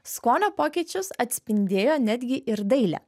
skonio pokyčius atspindėjo netgi ir dailė